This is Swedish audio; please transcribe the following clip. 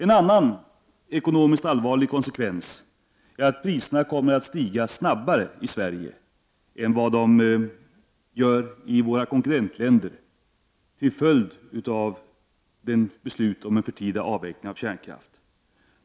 En annan ekonomiskt allvarlig konsekvens är att priserna kommer att stiga snabbare i Sverige än de gör i våra konkurrentländer till följd av beslutet om en förtida avveckling av kärnkraften.